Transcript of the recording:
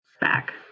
back